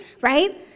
right